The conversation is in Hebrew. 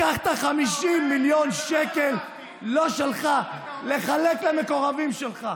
לקחת 50 מיליון שקל לא שלך, לחלק למקורבים שלך.